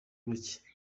bake